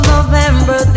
November